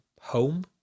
home